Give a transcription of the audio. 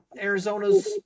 Arizona's